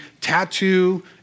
tattoo